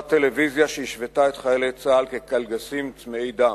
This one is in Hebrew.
טלוויזיה שהשוותה את חיילי צה"ל לקלגסים צמאי דם,